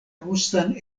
rusan